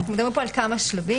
אנחנו מדברים על כמה שלבים.